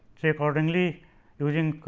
so accordingly using